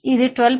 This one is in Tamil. இது 12